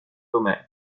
omer